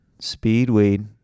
Speedweed